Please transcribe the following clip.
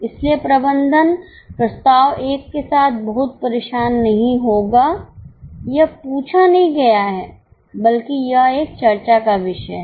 इसलिए प्रबंधन प्रस्ताव 1 के साथ बहुत परेशान नहीं होगा यह पूछा नहीं गया है बल्कि यह एक चर्चा का विषय है